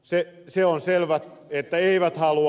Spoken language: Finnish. se on selvä että eivät halua